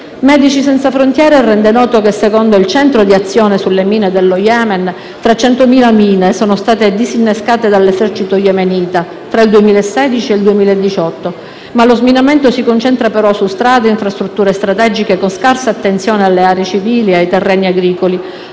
Medici senza frontiere rende noto che, secondo il Centro di azione sulle mine dello Yemen, 300.000 mine sono state disinnescate dall'esercito yemenita tra il 2016 e il 2018. Lo sminamento si concentra, però, su strade e infrastrutture strategiche, con scarsa attenzione alle aree civili e ai terreni agricoli,